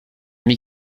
ami